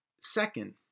Second